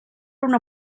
una